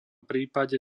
prípade